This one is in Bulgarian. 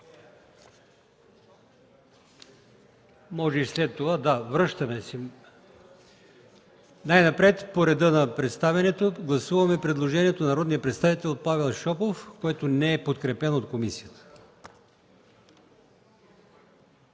желаещи за изказвания. Най напред, по реда на представянето, гласуваме предложението на народния представител Павел Шопов, което не е подкрепено от комисията.